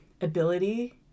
ability